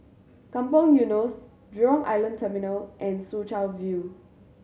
Kampong Eunos Jurong Island Terminal and Soo Chow View